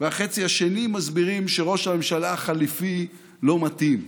והחצי השני מסבירים שראש הממשלה החליפי לא מתאים.